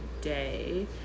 day